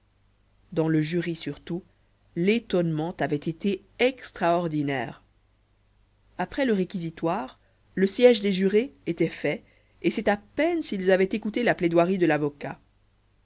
dans le jury surtout l'étonnement avait été extraordinaire après le réquisitoire le siège des jurés était fait et c'est à peine s'ils avaient écouté la plaidoirie de l'avocat